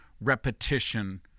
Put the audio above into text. repetition